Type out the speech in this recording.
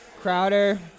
Crowder